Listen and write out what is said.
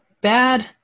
bad